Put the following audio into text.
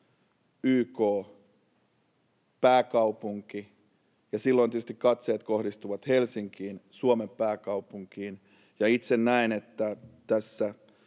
YK-pääkaupunki, ja silloin tietysti katseet kohdistuvat Helsinkiin, Suomen pääkaupunkiin. Ja itse näen, että tässä